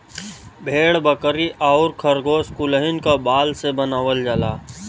भेड़ बकरी आउर खरगोस कुलहीन क बाल से बनावल जाला